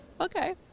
Okay